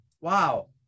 Wow